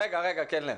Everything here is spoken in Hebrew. רגע, קלנר.